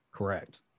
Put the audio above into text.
Correct